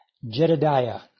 Jedidiah